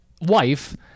wife